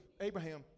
Abraham